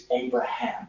Abraham